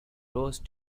rose